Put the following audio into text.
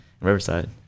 Riverside